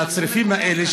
הצריפים האלה,